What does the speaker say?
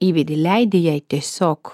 įvedi leidi jai tiesiog